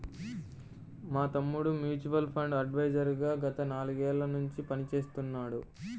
మా తమ్ముడు mutual fund adviser గా గత నాలుగేళ్ళ నుంచి పనిచేస్తున్నాడు